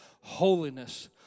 Holiness